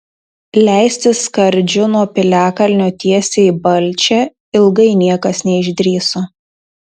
leistis skardžiu nuo piliakalnio tiesiai į balčią ilgai niekas neišdrįso